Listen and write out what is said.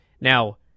Now